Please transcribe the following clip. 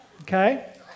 okay